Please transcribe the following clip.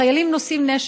חיילים נושאים נשק,